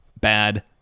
bad